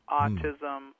autism